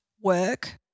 work